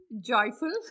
joyful